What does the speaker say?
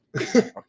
Okay